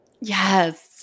Yes